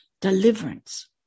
deliverance